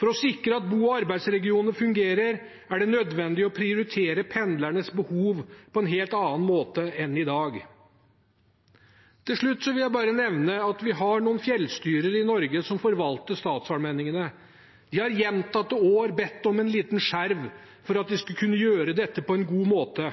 For å sikre at bo- og arbeidsregionene fungerer, er det nødvendig å prioritere pendlernes behov på en helt annen måte enn i dag. Til slutt vil jeg bare nevne at vi har noen fjellstyrer i Norge som forvalter statsallmenningene. De har gjentatte år bedt om en liten skjerv for at de skal kunne gjøre dette på en god måte.